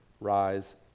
Rise